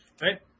Right